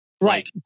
right